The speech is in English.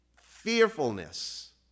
fearfulness